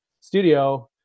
studio